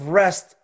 rest